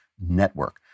Network